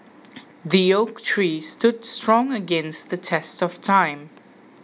the oak tree stood strong against the test of time